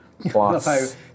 plus